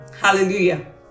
Hallelujah